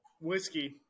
Whiskey